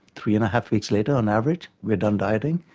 three and a half weeks later, on average, we are done dieting,